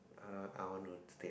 uh I want to stay